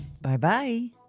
Bye-bye